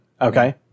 Okay